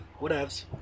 whatevs